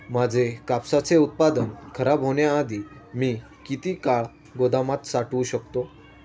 माझे कापसाचे उत्पादन खराब होण्याआधी मी किती काळ गोदामात साठवू शकतो?